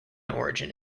origin